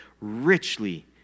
richly